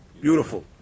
Beautiful